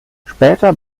später